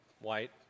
white